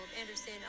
Anderson